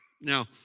Now